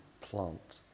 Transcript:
plant